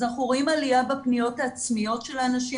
אז אנחנו רואים עלייה בפניות העצמיות של האנשים,